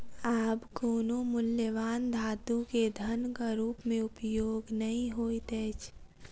आब कोनो मूल्यवान धातु के धनक रूप में उपयोग नै होइत अछि